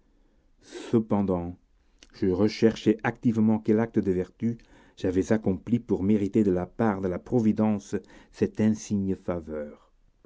cependant je recherchais activement quel acte de vertu j'avais accompli pour mériter de la part de la providence cette insigne faveur